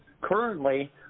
Currently